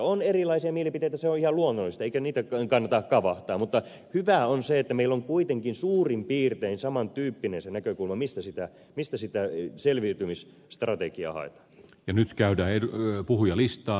on erilaisia mielipiteitä se on ihan luonnollista eikä niitä kannata kavahtaa mutta hyvää on se että meillä on kuitenkin suurin piirtein saman tyyppinen se näkökulma mistä sitä ei selviytymisen strategiaa ja nyt käydä selviytymisstrategiaa haetaan